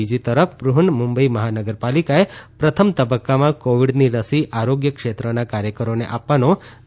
બીજી તરફ બૃહ્ન મુંબઇ મહાનગરપાલિકાએ પ્રથમ તબકકામાં કોવીડની રસી આરોગ્ય ક્ષેત્રના કાર્યકરોને આપવાનો નિર્ણય લીધો છે